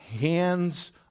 hands